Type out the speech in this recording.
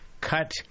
cut